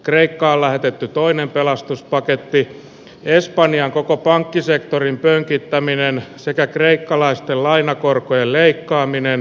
kreikka lähetetty toinen pelastuspaketti espanjan koko pankkisektorin pönkittäminen sekä kreikkalaisten lainakorkojen leikkaaminen